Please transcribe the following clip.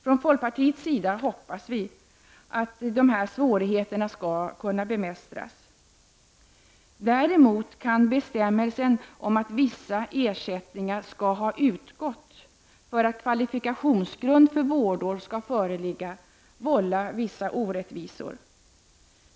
Från folkpartiets sida hoppas vi att dessa svårigheter skall kunna bemästras. Däremot kan bestämmelsen om att vissa ersättningar skall ha utgått, för att kvalifikationsgrund för vårdår skall föreligga, vålla vissa orättvisor.